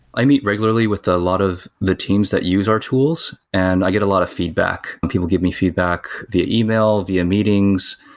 i meet regularly with a lot of the teams that use our tools, and i get a lot of feedback, and people give me feedback via e-mail, via meetings.